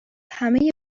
همه